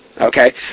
Okay